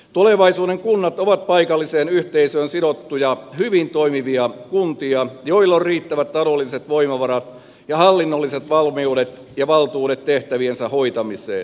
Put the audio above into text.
tulevaisuuden kunnat ovat paikalliseen yhteisöön sidottuja hyvin toimivia kuntia joilla on riittävät taloudelliset voimavarat ja hallinnolliset valmiudet ja valtuudet tehtäviensä hoitamiseen